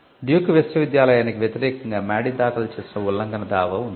Duke విశ్వవిద్యాలయానికి వ్యతిరేకంగా Madey దాఖలు చేసిన ఉల్లంఘన దావా ఉంది